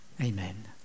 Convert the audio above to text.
Amen